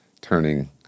turning